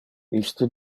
iste